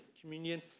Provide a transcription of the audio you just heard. Communion